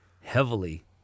Heavily